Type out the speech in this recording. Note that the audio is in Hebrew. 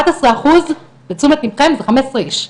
אחד עשר אחוז, לתשומת לבכם, זה חמישה עשר איש.